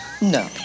No